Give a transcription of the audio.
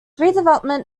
redevelopment